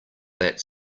that